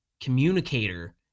communicator